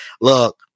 look